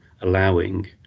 allowing